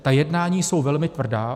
Ta jednání jsou velmi tvrdá.